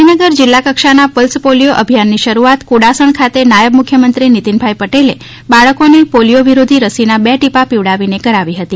ગાંધીનગર જિલ્લા કક્ષાના pulse polio અભિયાનની શરૂઆત કુડાસણ ખાતે નાયબ મુખ્યમંત્રી નીતિન પટેલે બાળકોને પોલીથો વિરોધી રસીના બે ટીપા પીવડાવી ને કરાવી હતી